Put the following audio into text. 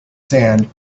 sand